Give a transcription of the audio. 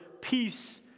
peace